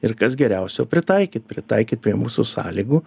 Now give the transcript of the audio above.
ir kas geriausio pritaikyt pritaikyt prie mūsų sąlygų